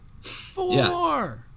Four